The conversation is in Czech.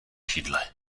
židle